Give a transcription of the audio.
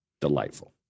Delightful